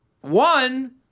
one